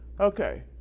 Okay